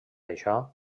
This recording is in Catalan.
això